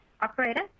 Operator